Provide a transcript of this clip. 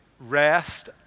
rest